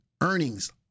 earnings